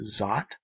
Zot